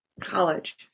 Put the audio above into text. college